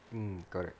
mm correct